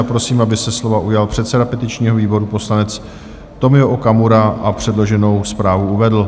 Prosím, aby se slova ujal předseda petičního výboru poslanec Tomio Okamura a předloženou zprávu uvedl.